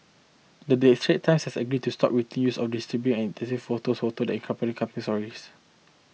the day Straits Times has agreed to stop the routine use of disturbing and insensitive posed photos that accompany crime stories